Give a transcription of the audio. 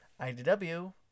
IDW